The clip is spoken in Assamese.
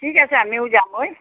ঠিক আছে আমিও যামগৈ